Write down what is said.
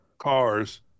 cars